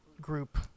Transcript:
group